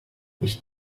ich